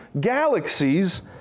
galaxies